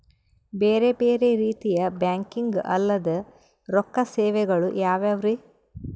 ಬೇರೆ ಬೇರೆ ರೀತಿಯ ಬ್ಯಾಂಕಿಂಗ್ ಅಲ್ಲದ ರೊಕ್ಕ ಸೇವೆಗಳು ಯಾವ್ಯಾವ್ರಿ?